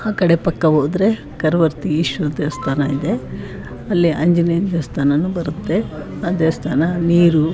ಆಕಡೆ ಪಕ್ಕ ಹೋದರೆ ಕರವರ್ತಿ ಈಶ್ವರ ದೇವಸ್ಥಾನ ಇದೆ ಅಲ್ಲಿ ಆಂಜನೇಯನ ದೇವಸ್ಥಾನನೂ ಬರುತ್ತೆ ಆ ದೇವಸ್ಥಾನ ನೀರು